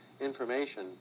information